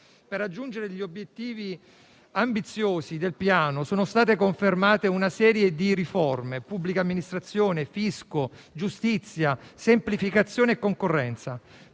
Per raggiungere gli obiettivi ambiziosi del Piano sono state confermate una serie di riforme: pubblica amministrazione, fisco, giustizia, semplificazione e concorrenza.